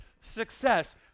success